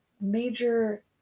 major